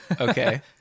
Okay